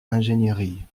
ingénierie